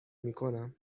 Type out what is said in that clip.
میکنم